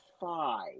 five